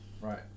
Right